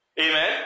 Amen